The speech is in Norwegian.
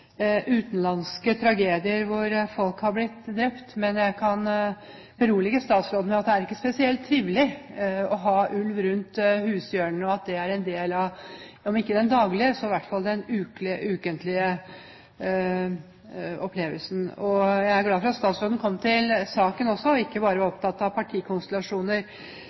utenlandske tragedier, hvor folk har blitt drept. Men jeg kan fortelle statsråden at det er ikke spesielt trivelig å ha ulv rundt hushjørnene og det er om ikke en daglig, så i hvert fall en ukentlig opplevelse. Jeg er glad for at statsråden kom til saken og ikke bare var opptatt av partikonstellasjoner.